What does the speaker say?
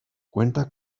cuenta